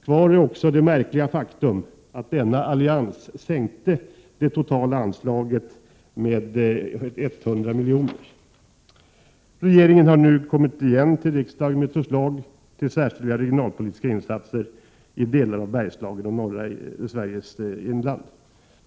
Kvar står också det märkliga faktum att denna allians sänkte det totala anslaget med 100 milj.kr. Regeringen har nu kommit igen till riksdagen med ett förslag till särskilda regionalpolitiska insatser i delar av Bergslagen och norra Sveriges inland.